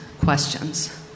questions